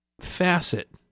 facet